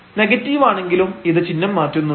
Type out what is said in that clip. നെഗറ്റീവാണെങ്കിലും ഇത് ചിഹ്നം മാറ്റുന്നുണ്ട്